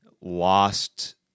lost